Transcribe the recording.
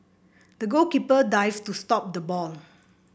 the goalkeeper dived to stop the ball